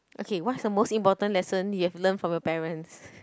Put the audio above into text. okay what's the most important lesson you have learnt from your parents